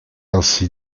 ainsi